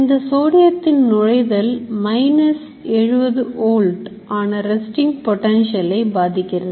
இந்த சோடியத்தின் நுழைதல் minus 70 volt ஆன resting potential ஐ பாதிக்கிறது